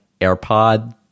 AirPod